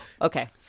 Okay